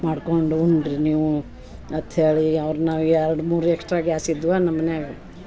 ಮಾಡ್ಕೊಂಡು ಉಂಡ್ರಿ ನೀವು ಅತ್ಹೇಳಿ ಅವ್ರ ನಾವು ಎರಡು ಮೂರು ಎಕ್ಸ್ಟ್ರಾ ಗ್ಯಾಸ್ ಇದ್ವ ನಮ್ಮ ಮನ್ಯಾಗ